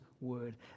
Word